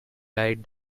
lied